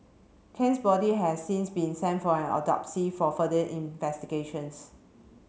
khan's body has since been sent for an autopsy for further investigations